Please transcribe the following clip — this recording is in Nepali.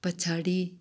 पछाडि